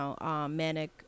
manic